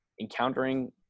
Encountering